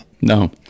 No